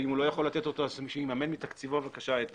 ואם הוא לא יכול לתת אותו אז שיממן מתקציבו בבקשה את